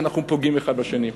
אנחנו פוגעים אחד בשני.